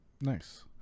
Nice